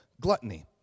Gluttony